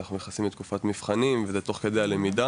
אנחנו נכנסים לתקופת מבחנים וזה תוך כדי הלמידה.